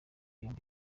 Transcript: yombi